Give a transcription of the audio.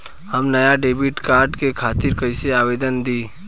हम नया debit card के खातिर कइसे आवेदन दीं?